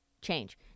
change